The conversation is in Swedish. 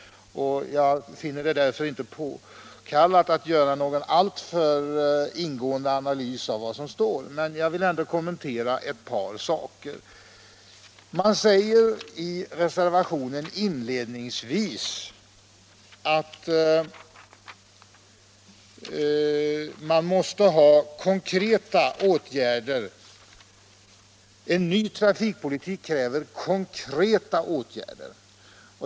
Jag finner det därför inte påkallat att göra någon alltför ingående analys av vad som där står, men jag vill ändå kommentera ett par saker. Man säger i reservationen inledningsvis att en ny trafikpolitik kräver konkreta åtgärder.